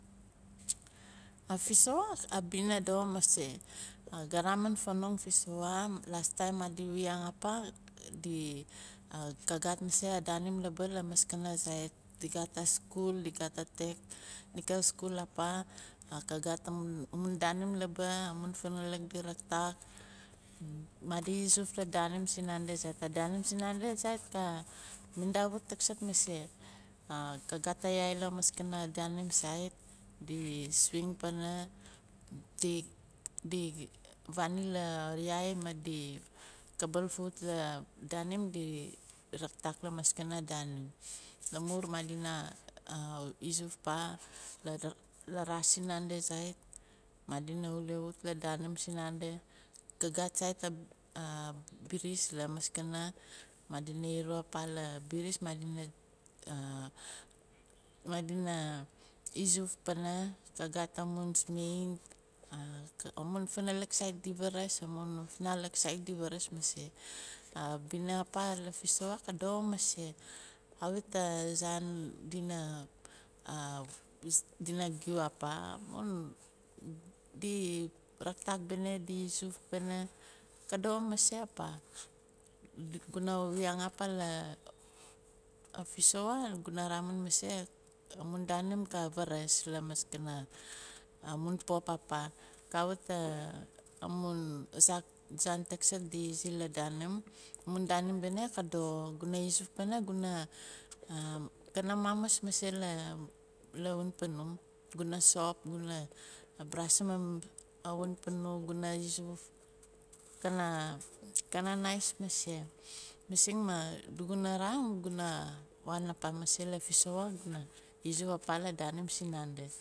Fissoa abina doxo mase ga vamin fanong fissoa las taim madi wiyan apa di ka gat mase a daanim laaba lamaskana zait, di gat a school di gat a tech, ni ga school apa, ka gat a mun danim laaba amun funalik di raktak madi izuf la daanim si nandi zait a daanim sinandi zait ka mindaavut taksart mase ka gat ayaai lamaskana daanim zait di swing pana di- di vaani la yaai amadi kabaal fuut la daanim di raktak lamaskana danim. Laamor madina izuf pah larcos sinandi zait madina wulewut la danim sinandi ka gat zait a biris lamaskana madina iru apa la biris madina madina izuf pana ka gat amun cement amun funalik zait di varaas maah amun a funalik zait di varaas mase, abina apan fissoa ka doxo mase kawit azaan dina dina qiu apa amun di raktak bene di izuf pana ka doxo mase apa. Guna wiyang apa la fissoa guna ramin mase amun daanim ka varaas lamaskana amun pop apa kawit amun saan taksart di izi la danim amun danim bene ka doxo, guna izuf pana gu kana mamis mase la winpanum guna sop maah brushim awin panum guna izuf kana kana nais mase masing maah adu guna raun guna waan apa mase la fissoa guna izuf la danim sinandi.